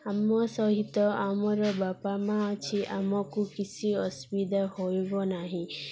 ଆମ ସହିତ ଆମର ବାପା ମା' ଅଛି ଆମକୁ କିଛି ଅସୁବିଧା ହୋଇବ ନାହିଁ